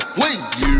wings